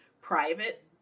private